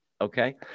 okay